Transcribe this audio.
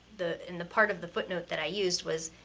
the, and the part of the footnote that i used was,